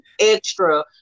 extra